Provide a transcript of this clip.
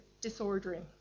disordering